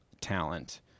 talent